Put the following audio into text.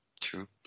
true